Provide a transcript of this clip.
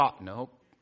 Nope